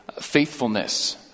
faithfulness